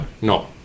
no